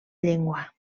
llengua